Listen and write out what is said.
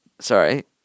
Sorry